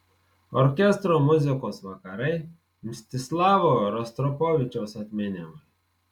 orkestro muzikos vakarai mstislavo rostropovičiaus atminimui